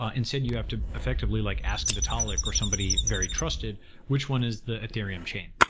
ah instead, you have to effectively like ask vitalik or somebody very trusted which one is the ethereum chain.